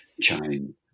chain